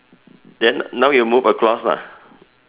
then now you move across lah